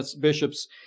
bishops